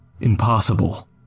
Impossible